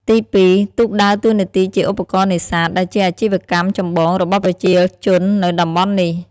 ទីពីរ ទូកដើរតួនាទីជា ឧបករណ៍នេសាទ ដែលជាអាជីវកម្មចម្បងរបស់ប្រជាជននៅតំបន់នេះ។